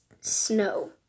snow